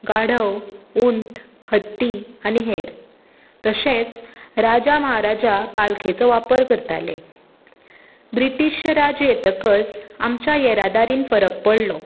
गाढव ऊंट हत्ती आनी हेर तशेंच राजा महाराजा पालखेचो वापर करताले ब्रिटिश राज्य येतकच आमच्या येरादारींत फरक पडलो